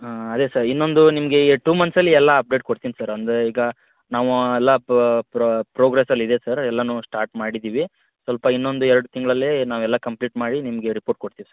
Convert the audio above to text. ಹಾಂ ಅದೆ ಸರ್ ಇನ್ನೊಂದು ನಿಮಗೆ ಟು ಮಂತ್ಸಲ್ಲಿ ಎಲ್ಲಾ ಅಪ್ಡೇಟ್ ಕೊಡ್ತಿನಿ ಸರ್ ಅಂದರೆ ಈಗ ನಾವು ಎಲ್ಲ ಪ್ರೋಗ್ರೆಸಲ್ಲಿ ಇದೆ ಸರ್ ಎಲ್ಲನು ಸ್ಟಾಟ್ ಮಾಡಿದ್ದೀವಿ ಸ್ವಲ್ಪ ಇನ್ನೊಂದು ಎರಡು ತಿಂಗಳಲ್ಲಿ ನಾವೆಲ್ಲ ಕಂಪ್ಲೀಟ್ ಮಾಡಿ ನಿಮಗೆ ರಿಪೋರ್ಟ್ ಕೊಡ್ತಿವಿ ಸರ್